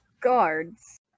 guards